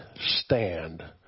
stand